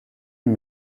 and